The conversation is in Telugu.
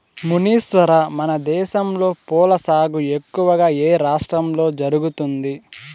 మునీశ్వర, మనదేశంలో పూల సాగు ఎక్కువగా ఏ రాష్ట్రంలో జరుగుతుంది